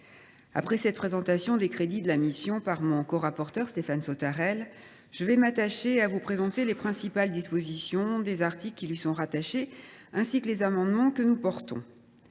après cette présentation des crédits de la mission par mon corapporteur Stéphane Sautarel, je vais m’attacher à vous présenter les principales dispositions des articles qui lui sont rattachés, ainsi que les amendements que nous portons.